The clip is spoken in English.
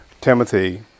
Timothy